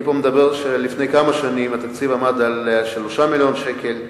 אני מדבר פה על כך שלפני כמה שנים התקציב עמד על 3 מיליוני שקלים.